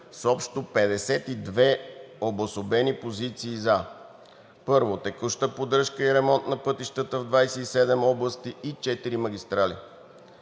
са общо 52 обособени позиции за: първо, текуща поддръжка и ремонт на пътища в 27 области и 4 магистрали;